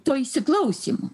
to įsiklausymo